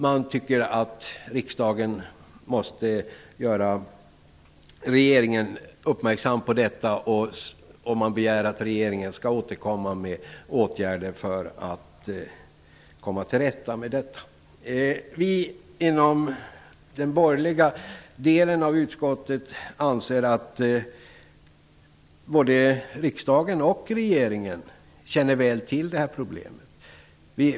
Man tycker att riksdagen bör göra regeringen uppmärksam på detta. Man begär att regeringen skall återkomma med åtgärder för att man skall kunna komma till rätta med detta. De borgerliga partierna i utskottet anser att både riksdagen och regeringen väl känner till problemet.